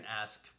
ask